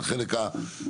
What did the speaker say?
על החלק החופי.